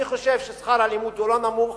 אני חושב ששכר הלימוד הוא לא נמוך.